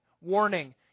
Warning